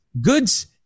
goods